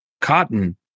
Cotton